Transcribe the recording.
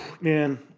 man